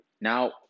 now